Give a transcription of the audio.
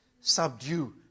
subdue